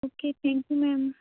okay thank you ma'am